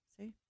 see